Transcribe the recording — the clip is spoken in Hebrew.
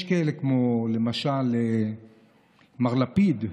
יש כאלה, כמו למשל מר לפיד,